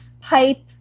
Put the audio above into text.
pipe